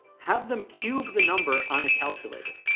have them cube the number on a calculator.